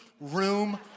room